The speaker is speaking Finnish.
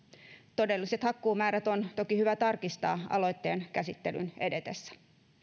todelliset hakkuumäärät on toki hyvä tarkistaa aloitteen käsittelyn edetessä